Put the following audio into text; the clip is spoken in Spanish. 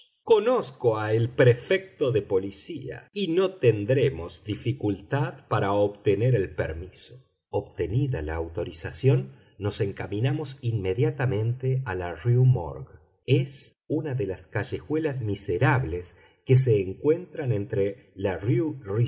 conozco a g el prefecto de policía y no tendremos dificultad para obtener el permiso obtenida la autorización nos encaminamos inmediatamente a la rue morgue es una de las callejuelas miserables que se encuentran entre la